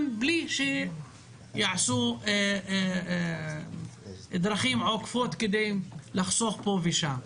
בלי שיעשו דרכים עוקפות כדי לחסוך פה ושם.